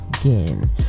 again